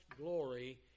glory